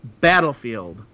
Battlefield